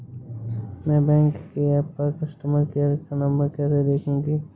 मैं बैंक के ऐप पर कस्टमर केयर का नंबर कैसे देखूंगी?